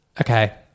Okay